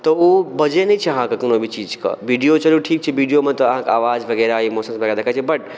तऽ ओ बजैत नहि छै अहाँकऽ कोनो भी चीज कऽ विडियो चलू ठीक छै विडियोमे तऽ अहाँकऽ आबाज वगैरह इमोशन वगैरह देखाइत छै बट